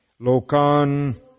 lokan